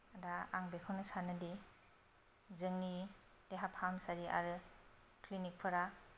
दा आं बेखौनो सानोदि जोंनि देहा फाहामसालि आरो क्लिनिकफोरा